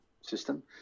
system